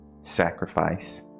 sacrifice